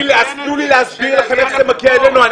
תנו לי להסביר לכם איך זה מגיע עכשיו אלינו.